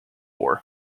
war